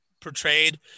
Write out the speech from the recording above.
portrayed